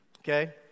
Okay